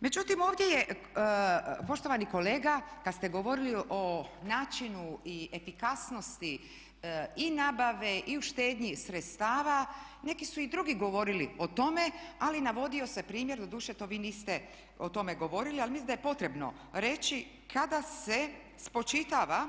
Međutim, ovdje je poštovani kolega kad ste govorili o načinu i efikasnosti i nabave i u štednji sredstava neki su i drugi govorili o tome, ali navodio se primjer doduše to vi niste o tome govorili, ali mislim da je potrebno reći kada se spočitava,